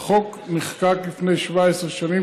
החוק נחקק לפני 17 שנים,